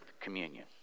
communion